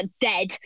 dead